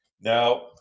Now